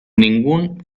ningún